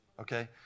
okay